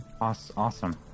Awesome